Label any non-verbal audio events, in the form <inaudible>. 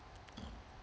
<noise>